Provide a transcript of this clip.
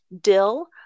dill